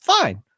fine